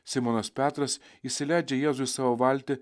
simonas petras įsileidžia jėzų į savo valtį